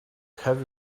have